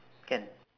can